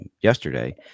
yesterday